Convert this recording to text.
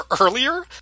earlier